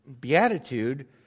beatitude